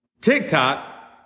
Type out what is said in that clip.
TikTok